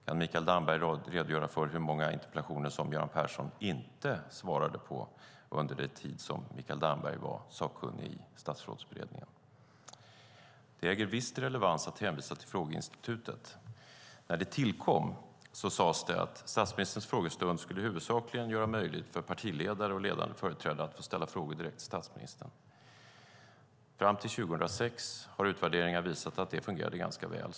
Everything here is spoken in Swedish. Kan Mikael Damberg redogöra för hur många interpellationer som Göran Persson inte svarade på under den tid som Mikael Damberg var sakkunnig i Statsrådsberedningen? Det äger visst relevans att hänvisa till frågeinstitutet. När det tillkom sades det att statsministerns frågestund huvudsakligen skulle göra det möjligt för partiledare och ledande företrädare att ställa frågor direkt till statsministern. Utvärderingar har visat att det fram till 2006 fungerade ganska väl.